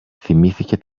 θυμήθηκε